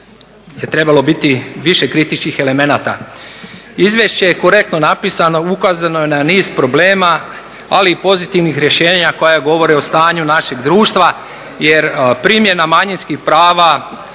trebalo biti više kritičkih elemenata. Izvješće je korektno napisano, ukazano je na niz problema, ali i pozitivnih rješenja koja govore o stanju našeg društva. Jer primjena manjinskih prava